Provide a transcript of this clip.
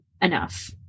enough